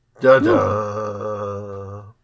Da-da